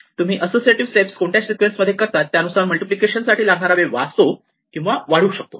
तुम्ही associative step कोणत्या sequence मध्ये करतात त्यानुसार मल्टिप्लिकेशन साठी लागणारा वेळ वाचतो किंवा वाढू शकतो